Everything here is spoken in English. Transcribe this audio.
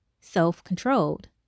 self-controlled